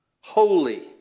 holy